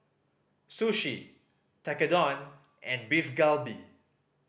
Sushi Tekkadon and Beef Galbi